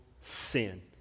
sin